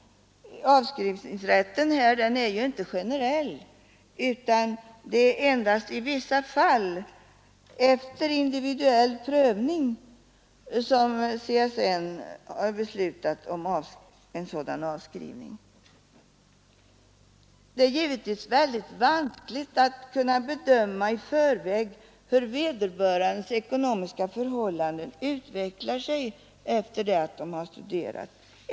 Avskrivningsrätten är ju inte generell, utan det är endast i vissa fall, efter individuell prövning, som CSN har beslutat om sådan avskrivning. Det är givetvis väldigt vanskligt att i förväg bedöma hur vederbörandes ekonomiska förhållanden utvecklar sig efter studierna.